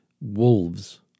wolves